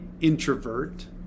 introvert